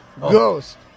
Ghost